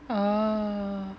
oh